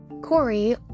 Corey